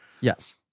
Yes